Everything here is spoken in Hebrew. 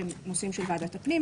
שהם נושאים של ועדת הפנים,